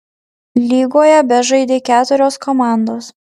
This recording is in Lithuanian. lygoje bežaidė keturios komandos